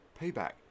Payback